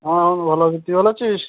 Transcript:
হ্যাঁ আমি ভালো আছি তুই ভালো আছিস